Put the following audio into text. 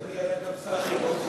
אדוני היה גם שר החינוך,